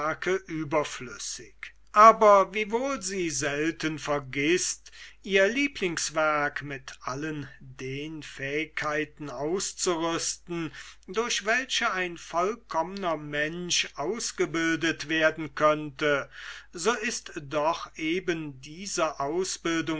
überflüssig aber wiewohl sie selten vergißt ihr lieblingswerk mit allen den fähigkeiten auszurüsten aus welchen ein vollkommner mensch gebildet werden könnte so ist doch eben diese